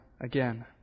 again